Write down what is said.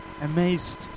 amazed